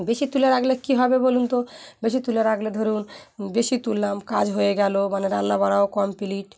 বেশি তুলে রাখলে কী হবে বলুন তো বেশি তুলে রাখলে ধরুন বেশি তুললাম কাজ হয়ে গেলো মানে রান্না বান্নাও কমপ্লিট